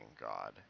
God